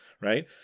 right